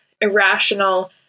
irrational